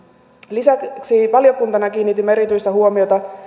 lisäksi valiokuntana kiinnitimme erityistä huomiota